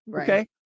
okay